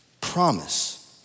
promise